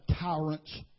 tyrant's